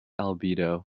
albedo